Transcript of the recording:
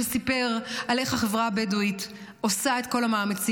שסיפר איך החברה הבדואית עושה את כל המאמצים.